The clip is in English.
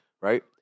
right